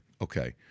Okay